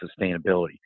sustainability